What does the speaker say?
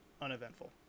uneventful